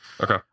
Okay